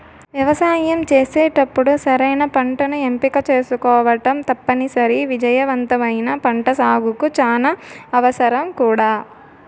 వ్యవసాయం చేసేటప్పుడు సరైన పంటను ఎంపిక చేసుకోవటం తప్పనిసరి, విజయవంతమైన పంటసాగుకు చానా అవసరం కూడా